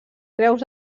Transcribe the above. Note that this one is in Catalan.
creus